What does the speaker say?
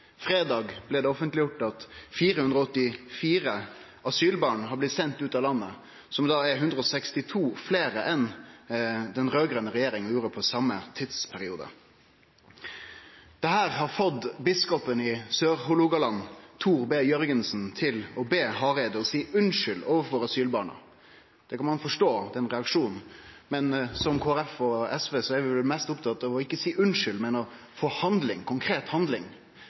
fredag blei det offentleggjort at 484 asylbarn har blitt sende ut av landet, som da er 162 fleire enn det den raud-grøne regjeringa sende ut i same tidsperiode. Dette har fått biskopen i Sør-Hålogaland, Tor B. Jørgensen, til å be Hareide om å seie unnskyld overfor asylbarna. Den reaksjonen kan ein forstå, men Kristeleg Folkeparti og SV er vel mest opptatte av ikkje å seie unnskyld, men å få konkret handling.